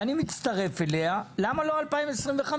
ואני מצטרף אליה: למה לא 2025?